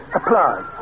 Applause